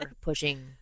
pushing